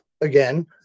again